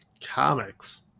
Comics